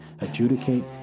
adjudicate